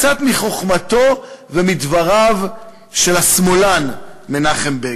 קצת מחוכמתו ומדבריו של השמאלן מנחם בגין.